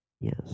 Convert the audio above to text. Yes